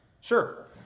Sure